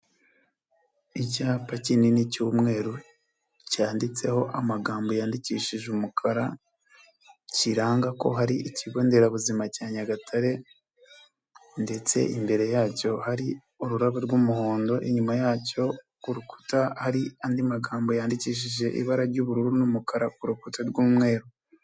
Icyapa kinini cy'umweru cyanditseho amagambo yandikishije umukara, kiranga ko hari ikigo nderabuzima cya Nyagatare ndetse imbere yacyo hari ururabo rw'umuhondo, inyuma yacyo ku rukuta hari andi magambo yandikishije ibara ry'ubururu n'umukara ku rukuta rw'umweru.